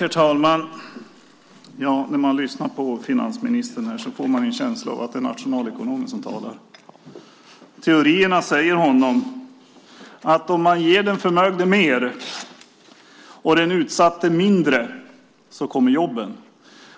Herr talman! När man lyssnar på finansministern får man en känsla av att det är nationalekonomen som talar. Teorierna säger honom att om man ger den förmögne mer och den utsatte mindre så kommer jobben.